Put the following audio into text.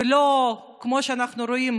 ולא כמו שאנחנו רואים